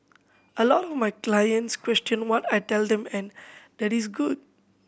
a lot of my clients question what I tell them and that is good